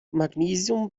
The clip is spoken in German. magnesium